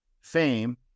fame